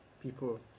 people